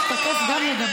לקח לך חצי שעה,